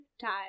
time